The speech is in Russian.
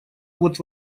вот